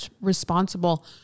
responsible